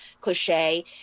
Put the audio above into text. cliche